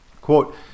Quote